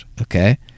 okay